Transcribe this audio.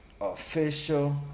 Official